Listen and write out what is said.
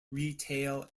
retail